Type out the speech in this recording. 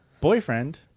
Boyfriend